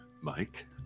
Mike